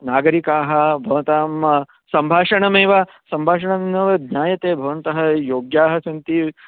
नागरिकाः भवतां सम्भाषणमेव सम्भाषणं वा ज्ञायते भवन्तः योग्याः सन्ति